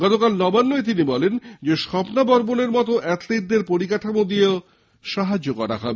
গতকাল নবান্নয় তিনি বলেন স্বপ্না বর্মনের মতো অ্যাথলিটদের পরিকাঠামো দিয়েও সাহায্য করা হবে